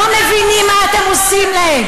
לא מבינים מה אתם עושים להם.